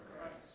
Christ